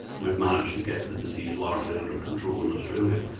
we've managed to get the disease largely under control in australia.